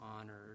honored